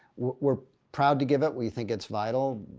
we're proud to give it, we think it's vital.